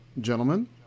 gentlemen